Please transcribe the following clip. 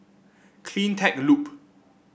CleanTech Loop